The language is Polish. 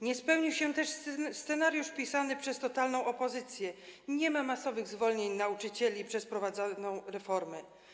Nie spełnił się też scenariusz pisany przez totalną opozycję, nie ma masowych zwolnień nauczycieli przez wprowadzoną reformę.